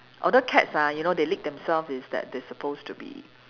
although cats ah you know they lick themselves is that they supposed to be